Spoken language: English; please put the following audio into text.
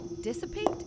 dissipate